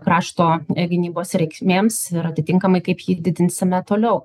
krašto gynybos reikmėms ir atitinkamai kaip jį didinsime toliau